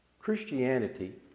Christianity